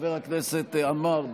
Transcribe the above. חבר הכנסת עמאר,